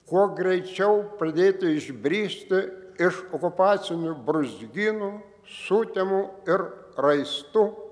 kuo greičiau pradėti išbristi iš okupacinių brūzgynų sutemų ir raistų